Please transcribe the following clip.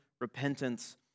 repentance